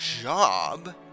job